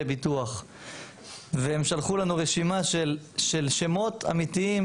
ביטוח והם שלחו לנו רשימה של שמות אמיתיים,